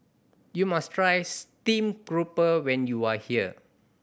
you must try steam grouper when you are here